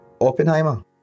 Oppenheimer